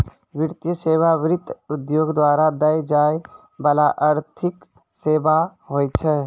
वित्तीय सेवा, वित्त उद्योग द्वारा दै जाय बाला आर्थिक सेबा होय छै